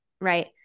Right